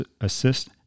assist